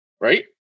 right